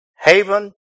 Haven